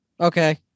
Okay